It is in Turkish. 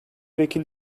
vekil